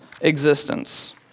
existence